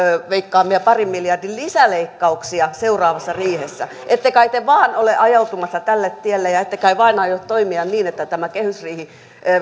veikkaamia parin miljardin lisäleikkauksia seuraavassa riihessä ette kai te vaan ole ajautumassa tälle tielle ja ette kai vaan aio toimia niin että tämä kehysriihi